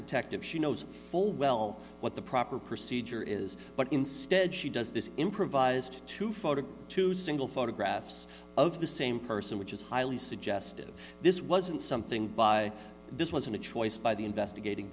detective she knows full well what the proper procedure is but instead she does this improvised two photos two single photographs of the same person which is highly suggestive this wasn't something by this wasn't a choice by the investigating